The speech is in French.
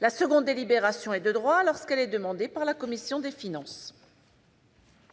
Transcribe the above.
La seconde délibération est de droit lorsqu'elle est demandée par la commission des finances.